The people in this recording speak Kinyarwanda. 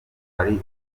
ari